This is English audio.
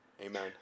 amen